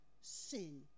sin